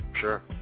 sure